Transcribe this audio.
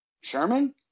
Sherman